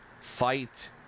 fight